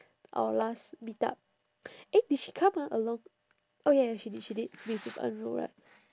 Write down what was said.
our last meetup eh did she come ah along oh ya she did she did with with en ru right